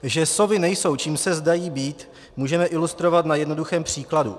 Že ZOVy nejsou, čím se zdají být, můžeme ilustrovat na jednoduchém příkladu.